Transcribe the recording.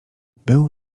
był